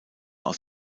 aus